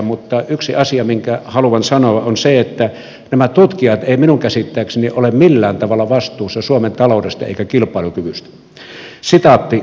mutta yksi asia minkä haluan sanoa on se että nämä tutkijat eivät minun käsittääkseni ole millään tavalla vastuussa suomen taloudesta eivätkä kilpailukyvystä